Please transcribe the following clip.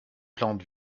plantes